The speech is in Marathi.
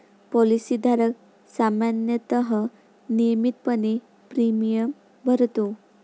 पॉलिसी धारक सामान्यतः नियमितपणे प्रीमियम भरतो